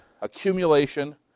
accumulation